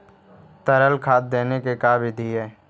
तरल खाद देने के का बिधि है?